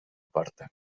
porta